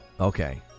Okay